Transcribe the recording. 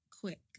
quick